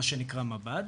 מה שנקרא מב"ד,